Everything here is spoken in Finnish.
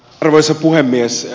arvoisa puhemies